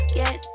get